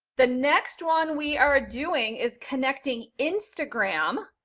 the next one we are doing is connecting instagram,